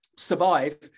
Survive